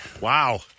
Wow